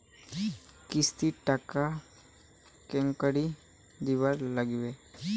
কিস্তির টাকা কেঙ্গকরি দিবার নাগীবে?